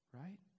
right